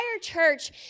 church